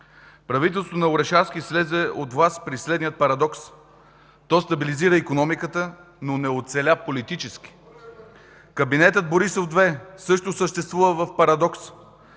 Правителството на Орешарски слезе от власт при следния парадокс – то стабилизира икономиката, но не оцеля политически. Кабинетът Борисов 2 също съществува в парадокс